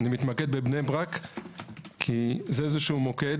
אתמקד בבני ברק כי זה מוקד.